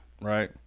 right